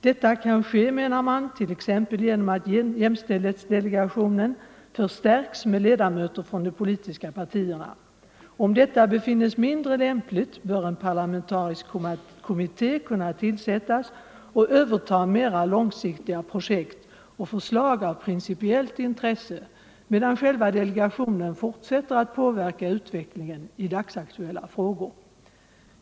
Detta kan, menar man, ske t.ex. genom att jämställdhetsdelegationen förstärks med ledamöter från de politiska partierna. Om detta befinnes mindre lämpligt, bör en parlamentarisk kommitté kunna tillsättas och överta mera långsiktiga projekt och förslag av principiellt intresse, medan själva delegationen fortsätter att påverka utvecklingen i dagsaktuella frågor.